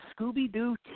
Scooby-Doo